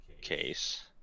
case